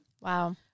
Wow